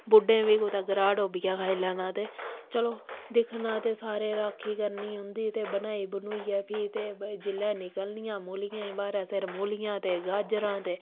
बुड्ढें बी कुतै ग्राह् डोबियै खाई लैना ते चलो दिक्खना ते सारें राखी करनी उं'दी ते बनाई बनूइयै फ्ही ते जिल्लै निकलनियां मूलियें ब्हारै सिर मूलियां ते गाजरां ते